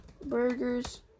Burgers